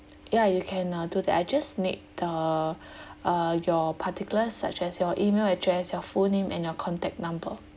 ya you can uh do that I just need the uh your particulars such as your email address your full name and your contact number